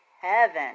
heaven